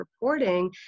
reporting